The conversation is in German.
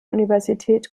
universität